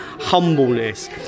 humbleness